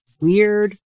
weird